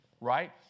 Right